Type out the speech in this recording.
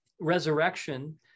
resurrection